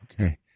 Okay